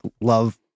Love